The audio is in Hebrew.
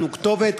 אנחנו כתובת,